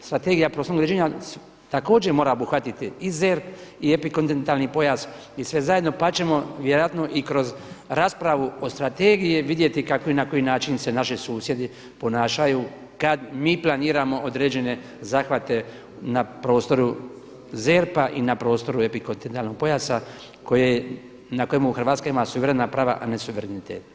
Strategija prostornog uređenja također mora obuhvatiti i ZERP i epikontinentalni pojas i sve zajedno, pa ćemo vjerojatno i kroz raspravu o strategiji vidjeti kako i na koji način se naši susjedi ponašaju kad mi planiramo određene zahvate na prostoru ZERP-a i na prostoru epikontinentalnog pojasa na kojem Hrvatska ima suverena prava a ne suverenitet.